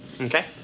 Okay